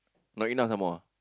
not enough some more